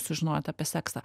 sužinojot apie seksą